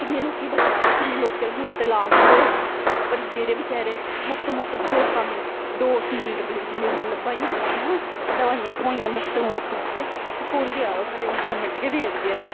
किन्ने लोकें गी बचाया किन्ने लोकें दा मुफ्त लाज बी होएआ पर जेह्ड़े बेचारे मुफ्त मु्फ्त डोस मिल लब्भा दियां उनें ना दवाइयां थ्होइयां मु्फ्त मुफ्त ते ओह् कुन देआ दा साढ़े गौरमेंट गै देआ दी ऐ